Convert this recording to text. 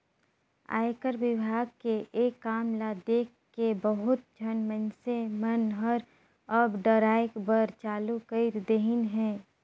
आयकर विभाग के ये काम ल देखके बहुत झन मइनसे मन हर अब डराय बर चालू कइर देहिन हे